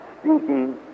speaking